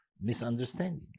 misunderstanding